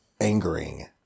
angering